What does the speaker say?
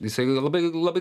jisai labai labai